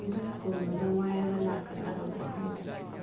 bus ꯀꯨꯝꯕꯗ ꯋꯥꯏꯔꯒ ꯂꯥꯛꯀꯗ꯭ꯔꯥ ꯀꯃꯥꯏꯅ ꯇꯧꯅꯤ